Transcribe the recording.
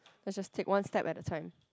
let's just take one step at a time